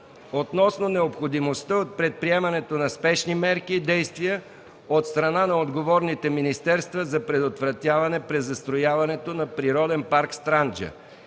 относно необходимостта от предприемане на спешни мерки и действия от страна на отговорните министерства за предотвратяване презастрояването на природен парк „Странджа”